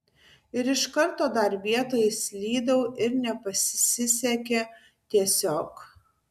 ir iš karto dar vietoj slydau ir nepasisekė tiesiog